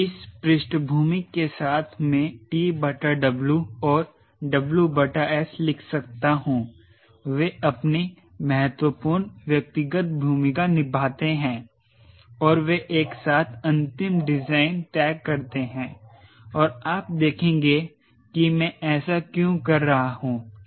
इस पृष्ठभूमि के साथ मैं TW और WS लिख सकता हूं वे अपनी महत्वपूर्ण व्यक्तिगत भूमिका निभाते हैं और वे एक साथ अंतिम डिजाइन तय करते हैं और आप देखेंगे कि मैं ऐसा क्यों कह रहा हूं